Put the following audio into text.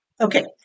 Okay